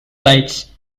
writes